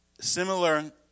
similar